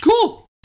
Cool